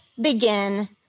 begin